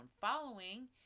following